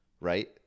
right